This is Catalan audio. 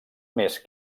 més